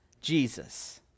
Jesus